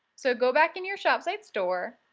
so go back in your shopsite store,